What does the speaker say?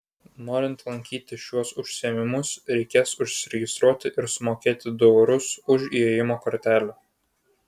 norint lankyti šiuos užsiėmimus reikės užsiregistruoti ir sumokėti du eurus už įėjimo kortelę